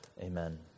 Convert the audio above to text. amen